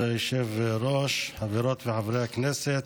כבוד היושב-ראש, חברות וחברי הכנסת,